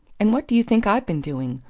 and what do you think i've been doing?